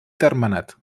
termenat